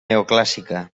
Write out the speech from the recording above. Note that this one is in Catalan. neoclàssica